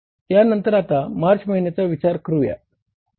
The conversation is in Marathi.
यानंतर आता मार्च महिन्याचा विचार करूया